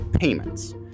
payments